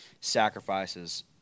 sacrifices